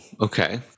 okay